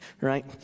right